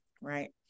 right